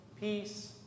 peace